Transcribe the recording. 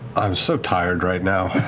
i'm so tired right now.